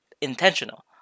intentional